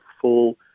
full